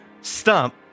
stump